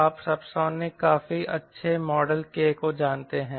आप सबसोनिक काफी अच्छे मॉडल K को जानते हैं